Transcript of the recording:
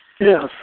Yes